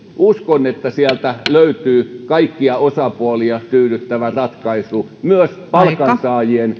uskon että sieltä löytyy kaikkia osapuolia tyydyttävä ratkaisu myös palkansaajien